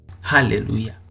Hallelujah